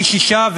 פי-שישה,